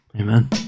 Amen